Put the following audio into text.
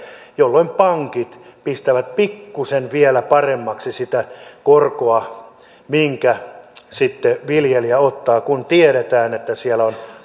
jolloin pankit pistävät pikkuisen vielä paremmaksi sitä korkoa minkä sitten viljelijä ottaa kun tiedetään että siellä on